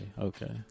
Okay